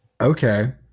Okay